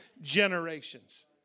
generations